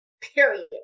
period